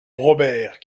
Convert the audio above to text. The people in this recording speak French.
robert